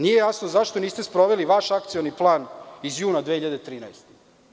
Nije jasno zašto niste sproveli vaš akcioni plan iz juna 2013. godine?